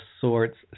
sorts